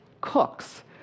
cooks